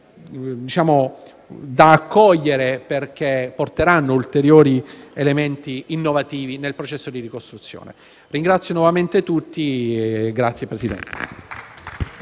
da accogliere perché porteranno ulteriori elementi innovativi nel processo di ricostruzione. Ringrazio nuovamente tutti. *(Applausi